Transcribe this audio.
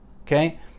okay